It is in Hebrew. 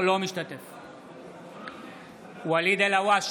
אינו משתתף בהצבעה ואליד אלהואשלה,